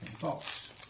Box